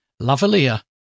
Lavalier